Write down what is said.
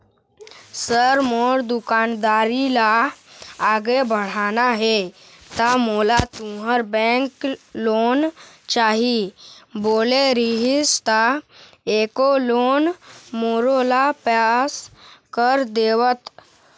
Sir मोर दुकानदारी ला आगे बढ़ाना हे ता मोला तुंहर बैंक लोन चाही बोले रीहिस ता एको लोन मोरोला पास कर देतव?